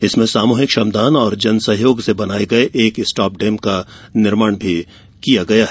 इसमें सामूहिक श्रमदान और जनसहयोग से बनाये गये एक स्टापडैम का निर्माण भी किया गया है